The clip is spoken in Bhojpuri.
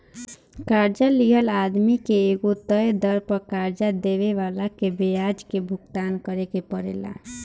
कर्जा लिहल आदमी के एगो तय दर पर कर्जा देवे वाला के ब्याज के भुगतान करेके परेला